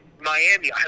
Miami